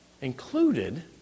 included